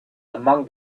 among